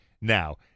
now